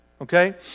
Okay